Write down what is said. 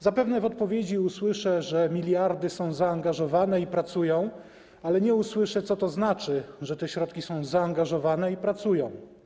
Zapewne w odpowiedzi usłyszę, że miliardy są zaangażowane i pracują, ale nie usłyszę, co to znaczy, że te środki są zaangażowane i pracują.